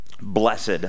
Blessed